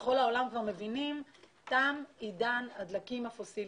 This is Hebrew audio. בכל העולם כבר מבינים שתם עידן הדלקים הפוסיליים.